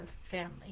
family